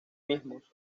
mismos